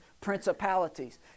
principalities